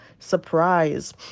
surprise